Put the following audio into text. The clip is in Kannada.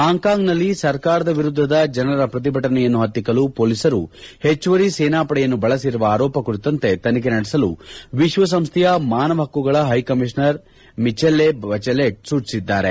ಹಾಂಗ್ಕಾಂಗ್ನಲ್ಲಿ ಸರ್ಕಾರದ ವಿರುದ್ದದ ಜನರ ಪ್ರತಿಭಟನೆಯನ್ನು ಹತ್ತಿಕ್ಕಲು ಹೊಲೀಸರು ಹೆಚ್ಚುವರಿ ಸೇನಾ ಪಡೆಯನ್ನು ಬಳಸಿರುವ ಆರೋಪ ಕುರಿತಂತೆ ತನಿಖೆ ನಡೆಸಲು ವಿಶ್ವ ಸಂಸ್ಥೆಯ ಮಾನವ ಹಕ್ಕುಗಳ ಹೈಕಮಿಷನರ್ ಮಿಚ್ಚೆಲ್ಲೆ ಬಚೆಲೆಟ್ ಸೂಚಿಸಿದ್ದಾರೆ